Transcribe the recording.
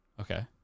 Okay